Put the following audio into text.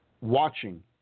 watching